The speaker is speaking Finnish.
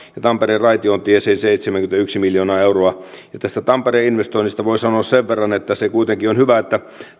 ja tampereen raitiotie sen seitsemänkymmentäyksi miljoonaa euroa ja tästä tampereen investoinnista voi sanoa sen verran että se kuitenkin on hyvä että